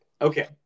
Okay